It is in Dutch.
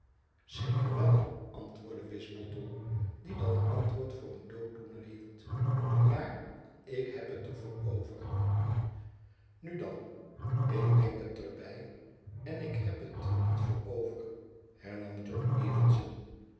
zeker wel antwoordde wisbottle die dat antwoord voor een dooddoener hield maar ik heb het er voor over nu dan ik denk het er by en ik heb het er niet voor over hernam john